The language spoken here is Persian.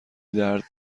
درد